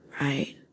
Right